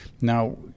Now